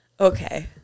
okay